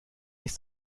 ist